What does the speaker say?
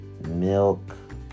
milk